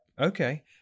Okay